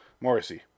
Morrissey